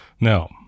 Now